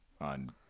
on